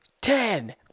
ten